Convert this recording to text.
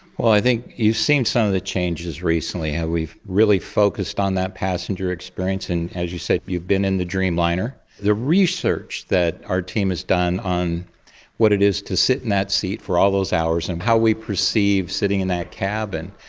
well, you've seen some of the changes recently, we've really focused on that passenger experience and, as you said, you've been in the dreamliner. the research that our team has done on what it is to sit in that seat for all those hours and how we perceive sitting in that cabin,